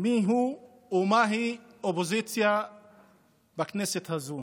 מיהו ומהי אופוזיציה בכנסת הזו.